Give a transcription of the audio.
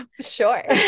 sure